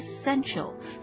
essential